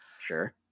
Sure